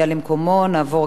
אנחנו נעבור גם להצבעה.